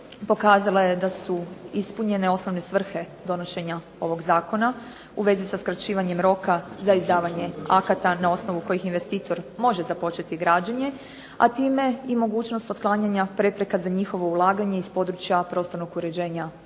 pokazala je da su ispunjene osnovne svrhe donošenja ovog zakona u vezi sa skraćivanjem roka za izdavanje akata na osnovu kojih investitor može započeti građenje, a time i mogućnost otklanjanja prepreka za njihovo ulaganje iz područja prostornog uređenja